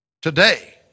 Today